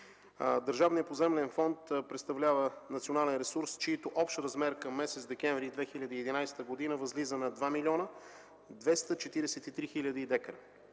Държавният поземлен фонд представлява национален ресурс, чийто общ размер към месец декември 2011 г. възлиза на 2 млн. 243 хил. дка.